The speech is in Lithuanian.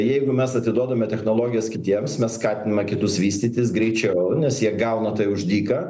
jeigu mes atiduodame technologijas kitiems mes skatiname kitus vystytis greičiau nes jie gauna tai už dyką